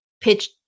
pitch